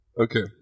Okay